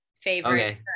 favorite